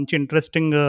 interesting